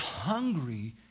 hungry